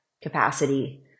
capacity